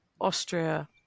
Austria